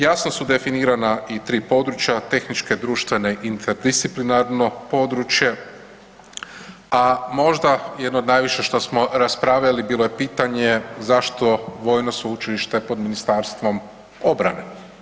Jasno su definirana i tri područja tehničke, društvene, interdisciplinarno područje, a možda jedno od najviše što smo raspravljali bilo je pitanje zašto vojno sveučilište pod Ministarstvom obrane.